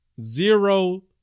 Zero